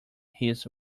his